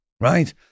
right